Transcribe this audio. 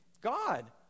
God